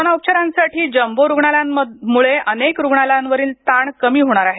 corona उपचारांसाठी jumbo रुग्णालयामुळे अनेक रुग्णालयांवरील ताण कमी होणार आहे